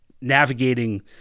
navigating